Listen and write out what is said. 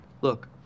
Look